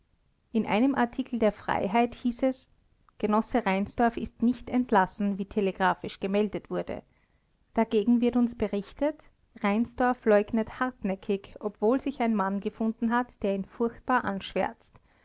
in einem artikel der freiheit hieß es genosse reinsdorf ist nicht entlassen wie telegraphisch gemeldet wurde dagegen wird uns berichtet reinsdorf leugnet hartnäckig obwohl sich ein mann gefunden hat der ihn furchtbar anschwärzt